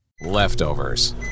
Leftovers